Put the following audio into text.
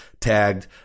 tagged